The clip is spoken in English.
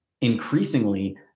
increasingly